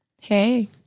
Hey